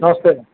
नमस्ते न